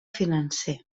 financer